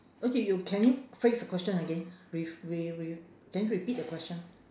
okay you can you phrase the question again reph~ re~ re~ can you repeat the question